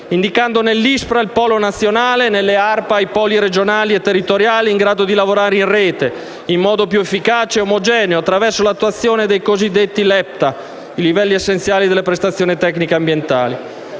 indicando nell'ISPRA il polo nazionale e nelle ARPA i poli regionali e territoriali in grado di lavorare in rete, in modo più efficace e omogeneo, attraverso l'attuazione dei cosiddetti livelli essenziali delle prestazioni tecniche ambientali